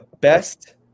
best